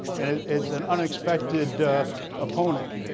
and it's an unexpected opponent.